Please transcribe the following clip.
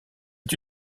est